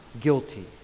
guilty